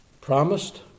Promised